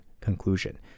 conclusion